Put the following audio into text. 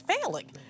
failing